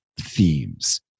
themes